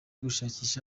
gushakisha